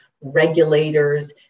regulators